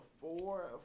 four